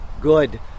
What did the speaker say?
good